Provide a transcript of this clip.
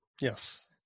Yes